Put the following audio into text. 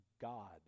God